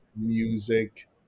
music